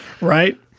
Right